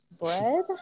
Bread